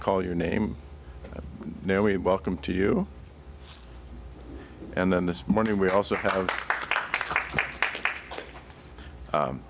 call your name now we welcome to you and then this morning we also have